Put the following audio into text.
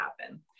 happen